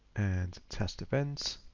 and test events,